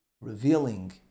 revealing